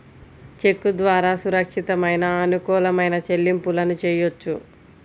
చెక్కు ద్వారా సురక్షితమైన, అనుకూలమైన చెల్లింపులను చెయ్యొచ్చు